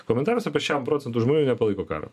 komentarus apie šem procentų žmonių nepalaiko karo